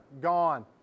gone